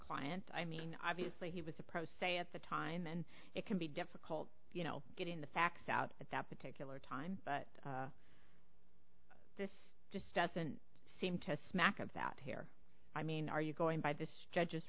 client i mean obviously he was a pro se at the time and it can be difficult you know getting the facts out at that particular time but this just doesn't seem to smack of that here i mean are you going by this